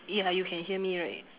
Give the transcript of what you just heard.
ya you can hear me right